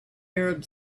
arab